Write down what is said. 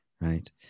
right